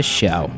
show